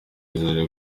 izere